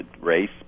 race